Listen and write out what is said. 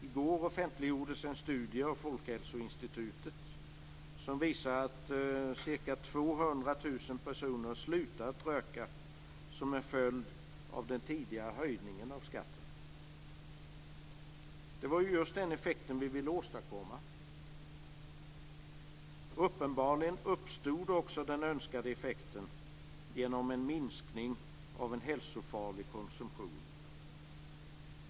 I går offentliggjordes en studie av Folkhälsoinstitutet som visar att ca 200 000 personer slutat röka som en följd av den tidigare höjningen av skatten. Det var just den effekten vi ville åstadkomma. Uppenbarligen uppstod också den önskade effekten genom en minskning av en hälsofarlig konsumtion.